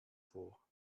vor